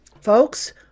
folks